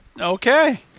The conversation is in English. Okay